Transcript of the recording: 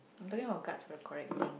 I'm talking guts for the correcting thing